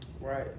Right